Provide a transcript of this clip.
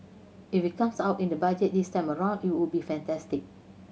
if it comes out in the Budget this time around it would be fantastic